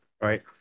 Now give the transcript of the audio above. Right